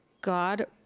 God